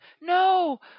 no